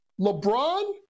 lebron